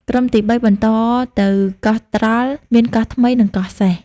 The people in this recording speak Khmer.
ក្រុមទីបី បន្តទៅ កោះត្រល់ មានកោះថ្មី និង កោះសេះ ។